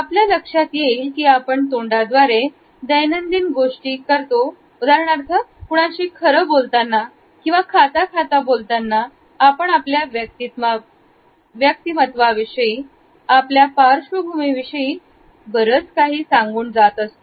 आपल्या लक्षात येईल की आपण तोंडाद्वारे दैनंदिन गोष्टी करतो उदाहरणार्थ कुणाशी खरं बोलताना खाता खाता बोलताना आपण आपल्या व्यक्तिमत्त्वाविषयी आपल्या पार्श्वभूमी विषयी बरच काही सांगून जातो